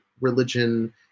religion